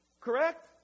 Correct